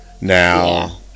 Now